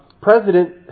President